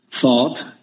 thought